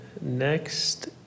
Next